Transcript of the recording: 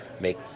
make